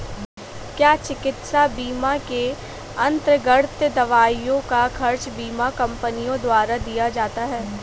क्या चिकित्सा बीमा के अन्तर्गत दवाइयों का खर्च बीमा कंपनियों द्वारा दिया जाता है?